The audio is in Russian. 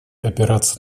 опираться